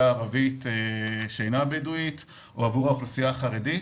הערבית שאינה בדואית או עבור האוכלוסייה החרדית.